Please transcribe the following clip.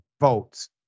votes